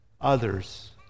others